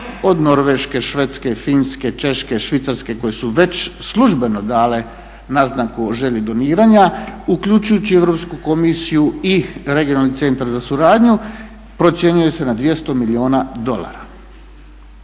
od Norveške, Švedske, Finske, Češke, Švicarske koje su već službeno dale naznaku o želji doniranja uključujući i Europsku komisiju i regionalni Centar za suradnju procjenjuje se na 200 milijuna dolara.